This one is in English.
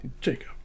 Jacob